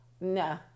no